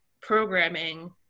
programming